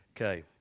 Okay